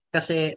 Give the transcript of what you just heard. Kasi